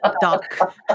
duck